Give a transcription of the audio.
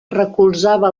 recolzava